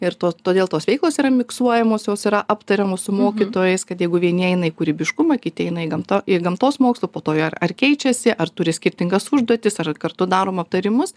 ir to todėl tos veiklos yra miksuojamos jos yra aptariamos su mokytojais kad jeigu vieni eina į kūrybiškumą kiti eina į gamtą į gamtos mokslų po to ar ar keičiasi ar turi skirtingas užduotis ar kartu darom aptarimus